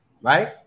right